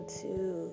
two